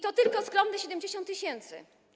To tylko skromne 70 tys.